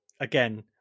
again